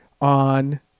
on